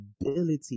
ability